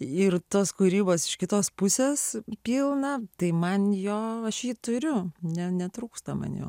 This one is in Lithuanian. ir ir tos kūrybos iš kitos pusės pilna tai man jo aš jį turiu ne netrūksta man jo